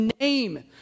name